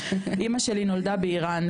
אימא שלי נולדה באיראן,